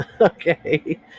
okay